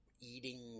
eating